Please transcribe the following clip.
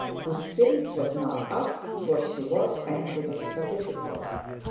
whose spirit was now up for she was angry with her visitor.